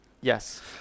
yes